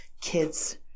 kids